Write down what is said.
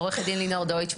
אני עורכת הדין לינור דויטש,